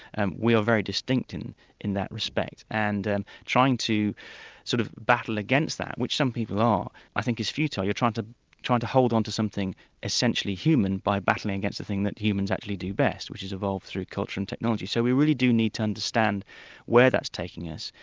and we are very distinctive in in that respect, and and trying to sort of battle against that, which some people are, i think is futile, you're trying to trying to hold on to something essentially human, by battling against the thing that humans actually do best, which is evolve through culture and technology. so we really do need to understand where that's taking us.